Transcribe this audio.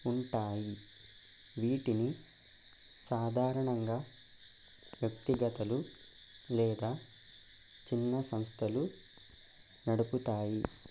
ఉంటాయి వీటిని సాధారణంగా వ్యక్తిగతలు లేదా చిన్న సంస్థలు నడుపుతాయి